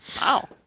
wow